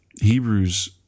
Hebrews